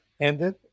ended